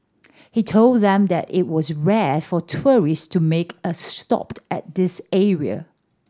he told them that it was rare for tourist to make a stopped at this area